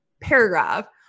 paragraph